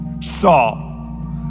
saw